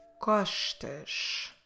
costas